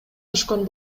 түшкөн